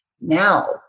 now